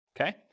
Okay